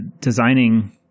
designing